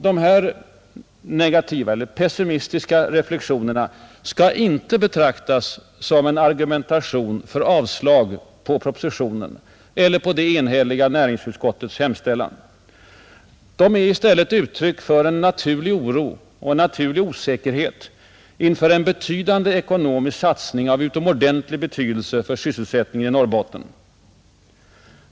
Dessa negativa — eller pessimistiska — reflexioner skall icke betraktas som en argumentation för avslag på propositionen eller på det enhälliga näringsutskottets hemställan, De är ett uttryck för en naturlig oro och en naturlig osäkerhet inför en betydande ekonomisk satsning av utomordentlig betydelse för sysselsättningen i Norrbotten.